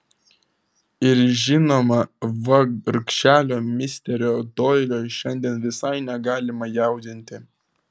ir žinoma vargšelio misterio doilio šiandien visai negalima jaudinti